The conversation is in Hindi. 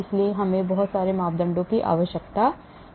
इसलिए हमें बहुत सारे मापदंडों की आवश्यकता है